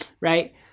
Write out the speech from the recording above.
right